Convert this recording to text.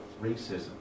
racism